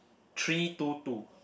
three two two